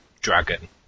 dragon